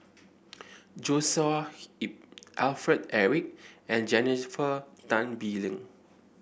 Joshua Ip Alfred Eric and Jennifer Tan Bee Leng